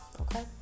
okay